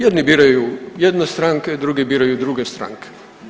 Jedni biraju jedne stranke, drugi biraju druge stranke.